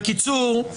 252. בקיצור,